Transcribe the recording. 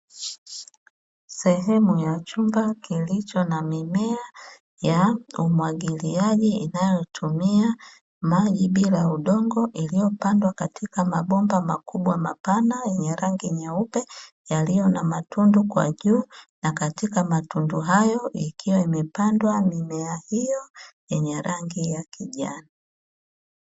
Sehemu ya chumba kilicho na mimea ya umwagiliaji inayotumia maji bila udongo iliopandwa katika mabomba makubwa, mapana yenye rangi nyeupe yaliyo na matundu kwa juu, na katika matundu hayo ikiwa imepandwa mimea hiyo yenye rangi ya kijani.